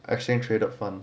exchange traded fund